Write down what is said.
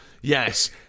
Yes